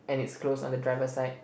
and it's closed on the driver side